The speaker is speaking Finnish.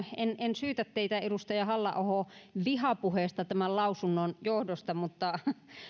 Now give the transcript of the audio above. en en syytä teitä edustaja halla aho vihapuheesta tämän lausunnon johdosta mutta